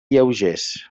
lleugers